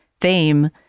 fame